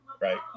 Right